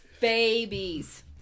Babies